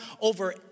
over